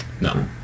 no